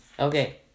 Okay